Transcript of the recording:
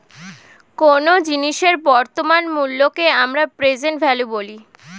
কোনো জিনিসের বর্তমান মূল্যকে আমরা প্রেসেন্ট ভ্যালু বলি